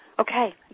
Okay